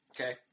Okay